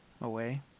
away